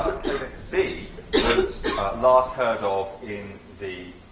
ah codex b was last heard of in the